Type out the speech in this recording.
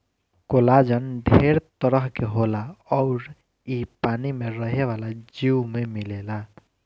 collagen ढेर तरह के होला अउर इ पानी में रहे वाला जीव में मिलेला